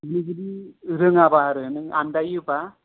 रोंङाबा आरो नों आनदायोबा